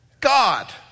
God